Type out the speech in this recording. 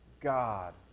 God